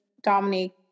Dominique